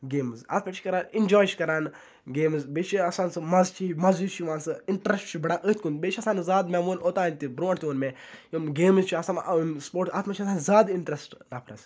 games اَتھ پٮ۪ٹھ چھِ کَران اِنجاے چھِ کَران گیمٕز بیٚیہِ چھِ آسان سُہ مَزٕ چھِ مَزٕ ہیوٗ چھِ یِوان سُہ اِنٹرٛسٹ چھُ بَڑان أتھۍ کُن بیٚیہِ چھِ آسان زیادٕ مےٚ ووٚن اوٚتانۍ تہِ بروںٛٹھ تہِ ووٚن مےٚ یِم گیمٕز چھِ آسان یِم سپوٹٕس اَتھ منٛز چھِ آسان زیادٕ اِنٹرٛسٹہٕ نفرَس